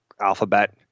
Alphabet